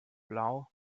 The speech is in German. blau